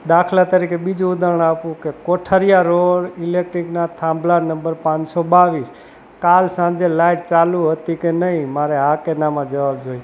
દાખલા તરીકે બીજું ઉદાહરણ આપું કે કોઠારીયા રોડ ઇલેક્ટ્રિકના થાંભલા નંબર પાંચ સો બાવીસ કાલ સાંજે લાઈટ ચાલુ હતી કે નહીં મારે હા કે નામાં જવાબ જોઈએ